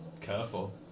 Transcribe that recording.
Careful